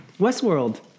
Westworld